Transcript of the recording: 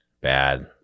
bad